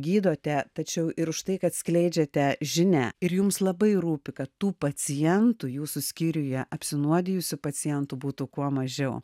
gydote tačiau ir už tai kad skleidžiate žinią ir jums labai rūpi kad tų pacientų jūsų skyriuje apsinuodijusių pacientų būtų kuo mažiau